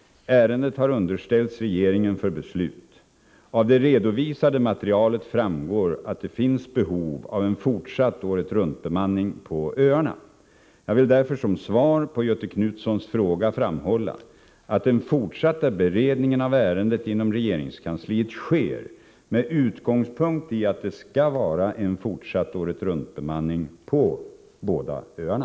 Ärendet har underställts regeringen för beslut. Av det redovisade materialet framgår att det finns behov av en fortsatt åretruntbemanning på öarna. Jag vill därför som svar på Göthe Knutsons fråga framhålla att den fortsatta beredningen av ärendet inom regeringskansliet sker med utgångspunkt i att det skall vara en fortsatt åretruntbemanning på båda öarna.